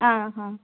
ಹಾಂ ಹಾಂ